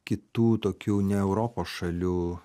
kitų tokių ne europos šalių